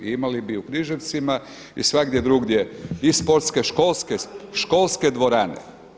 Imali bi u Križevcima i svagdje drugdje i sportske-školske dvorane.